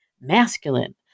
masculine